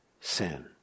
sin